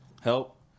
help